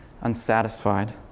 unsatisfied